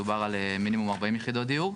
דובר על מינימום 40 יחידות דיור.